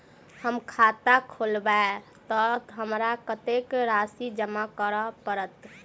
हम खाता खोलेबै तऽ हमरा कत्तेक राशि जमा करऽ पड़त?